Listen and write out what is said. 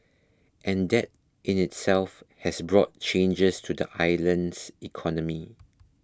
and that in itself has brought changes to the island's economy